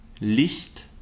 Licht